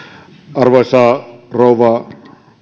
arvoisa rouva